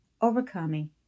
overcoming